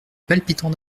palpitant